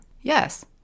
Yes